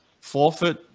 forfeit